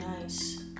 nice